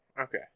okay